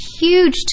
huge